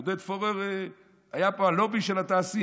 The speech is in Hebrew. עודד פורר היה פה הלובי של התעשייה,